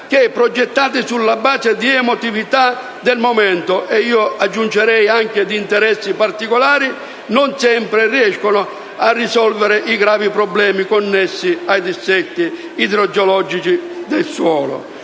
che - progettati sulla base dell'emotività del momento e, aggiungerei, di interessi particolari - non sempre riescono a risolvere i gravi problemi connessi ai dissesti idrogeologici dei suoli;